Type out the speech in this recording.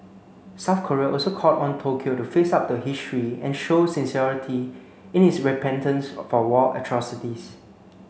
South Korea also called on Tokyo to face up to history and show sincerity in its repentance for war atrocities